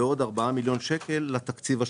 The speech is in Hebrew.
ועוד ארבעה מיליון שקלים לתקציב השוטף.